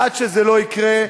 עד שזה לא יקרה,